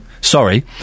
Sorry